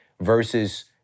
Versus